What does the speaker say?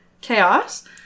chaos